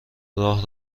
راه